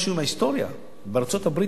משהו מההיסטוריה: בארצות-הברית,